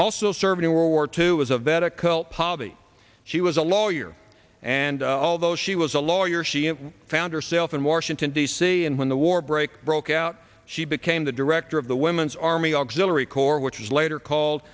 also served in world war two as a vet a cult policy she was a lawyer and although she was a lawyer she found herself in washington d c and when the war break broke out she became the director of the women's army auxiliary corps which was later called